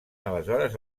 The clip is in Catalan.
aleshores